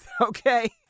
okay